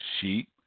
sheep